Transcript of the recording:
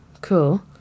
cool